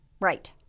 Right